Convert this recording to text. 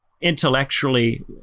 intellectually